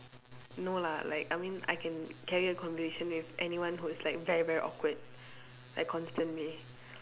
no lah like I mean I can carry a conversation with anyone who is like very very awkward like constantly